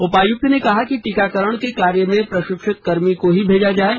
उपायुक्त ने कहा कि टीकाकरण के कार्य में प्रशिक्षित कर्मी को ही भेजा जाये